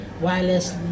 Wireless